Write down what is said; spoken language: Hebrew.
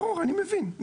ברור, אני מבין.